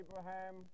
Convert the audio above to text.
Abraham